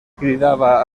cridava